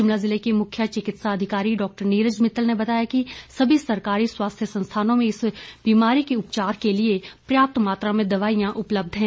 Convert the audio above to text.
शिमला ज़िला के मुख्य चिकित्सा अधिकारी डॉक्टर नीरज मित्तल ने बताया कि सभी सरकारी स्वास्थ्य संस्थानों में इस बीमारी के उपचार के लिए पर्याप्त मात्रा में दवाईयां उपलब्ध हैं